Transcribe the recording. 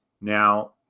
Now